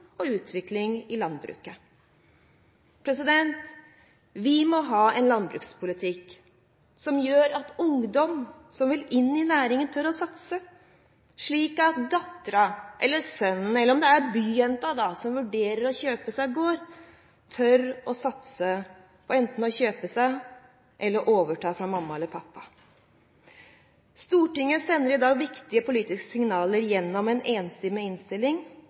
og utvikling i landbruket. Vi må ha en landbrukspolitikk som gjør at ungdom som vil inn i næringen, tør å satse, slik at dattera, sønnen eller byjenta kan vurdere å kjøpe seg gård – kjøpe eller overta fra mamma eller pappa. Stortinget sender i dag viktige politiske signaler gjennom en enstemmig innstilling